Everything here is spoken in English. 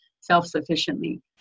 self-sufficiently